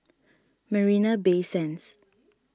Marina Bay Sands